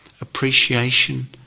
appreciation